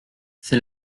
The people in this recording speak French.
c’est